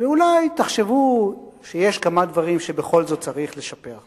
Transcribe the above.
ואולי תחשבו שיש כמה דברים שבכל זאת צריך לשפר.